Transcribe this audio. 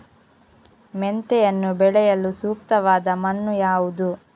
ಮೆಂತೆಯನ್ನು ಬೆಳೆಯಲು ಸೂಕ್ತವಾದ ಮಣ್ಣು ಯಾವುದು?